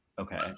Okay